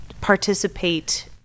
participate